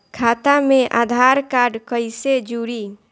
खाता मे आधार कार्ड कईसे जुड़ि?